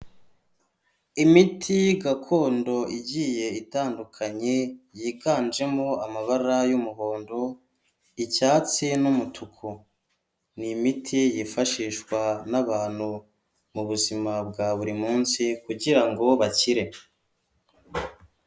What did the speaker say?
Imiti gakondo igiye itandukanye yiganjemo amabara y'umuhondo icyatsi n'umutuku, ni imiti yifashishwa n'abantu mubuzima bwa buri munsi kugirango bakire.